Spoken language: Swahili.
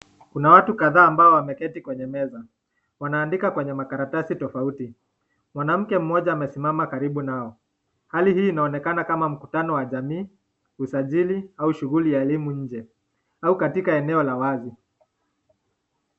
Kuna watu kadhaa ambao wameketi kwenye meza, wanaandika kwenye makaratasi tofauti. Mwanamke mmoja amesimama karibu nao, hali hii inaonekana kama mkutano wa jamii, usajili au shuguli ya nje au katika eneo la wazi.